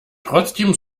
trotzdem